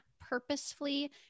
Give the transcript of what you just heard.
purposefully